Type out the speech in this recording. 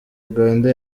uganda